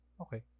Okay